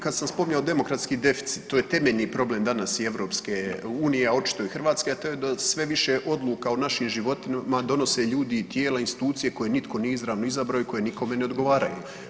Kada sam spomenuo demokratski deficit, to je temeljni problem danas i EU, a očito i Hrvatske, a to je da sve više odluka o našim životima donose ljudi i tijela i institucije koje nitko nije izravno izabrao i koje nikome ne odgovaraju.